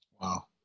Wow